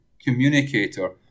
communicator